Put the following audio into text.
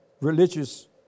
religious